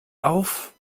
auf